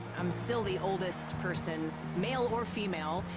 i'm still the oldest person, male or female,